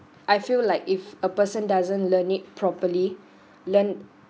I feel like if a person doesn't learned it properly learn